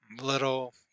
Little